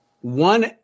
One